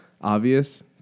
obvious